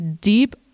deep